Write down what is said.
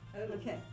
Okay